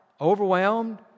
Overwhelmed